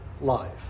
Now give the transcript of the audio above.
life